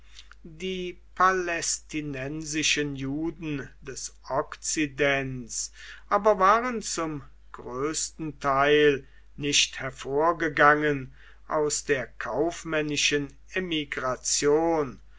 die palästinensischen juden des okzidents aber waren zum größten teil nicht hervorgegangen aus der kaufmännischen emigration